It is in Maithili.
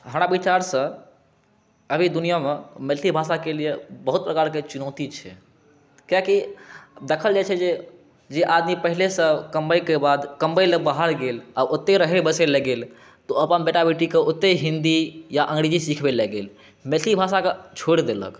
हमरा विचारसँ अभी दुनिआमे मैथिली भाषाके लिए बहुत प्रकारके चुनौती छै कियाकि देखल जाइ छै जे आदमी पहिलेसँ कमबैके बाद कमबैलए बाहर गेल आओर ओतऽ रहै बसैलए गेल तऽ ओ अपन बेटा बेटीके ओतऽ हिन्दी या अङ्गरेजी सिखबैलए गेल मैथिली भाषाके छोड़ि देलक